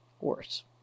worse